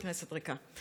כנסת ריקה,